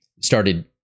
Started